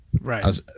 Right